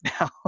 now